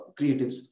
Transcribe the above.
creatives